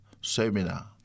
seminar